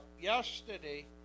yesterday